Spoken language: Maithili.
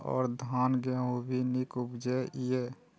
और धान गेहूँ भी निक उपजे ईय?